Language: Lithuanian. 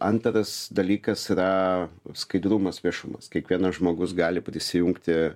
antras dalykas yra skaidrumas viešumas kiekvienas žmogus gali prisijungti